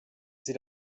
sie